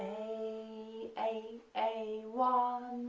a, a, a, one,